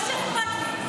לא שאכפת לי,